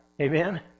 Amen